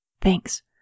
Thanks